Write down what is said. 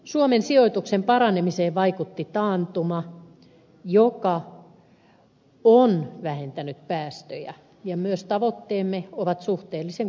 suomen sijoituksen paranemiseen vaikutti taantuma joka on vähentänyt päästöjä ja myös tavoitteemme ovat suhteellisen kunnianhimoisia